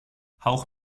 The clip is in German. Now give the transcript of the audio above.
hauch